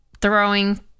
throwing